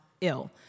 ill